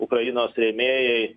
ukrainos rėmėjai